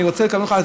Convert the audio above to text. אני ארצה לקבל ממך,